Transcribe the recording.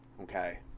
okay